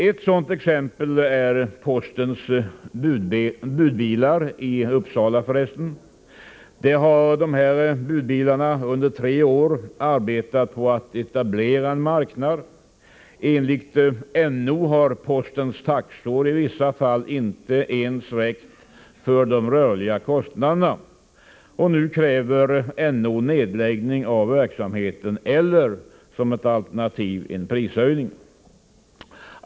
Ett sådant exempel är postens budbilar — i Uppsala förresten. Där har dessa budbilar under tre år arbetat på att etablera en marknad. Enligt NO har postens taxor i vissa fall inte ens täckt de rörliga kostnaderna. Nu kräver NO nedläggning av verksamheten eller som ett alternativ en prishöjning.